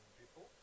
people